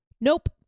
Nope